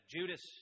Judas